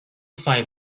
find